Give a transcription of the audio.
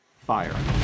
fire